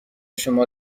شما